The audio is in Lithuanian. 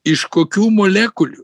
iš kokių molekulių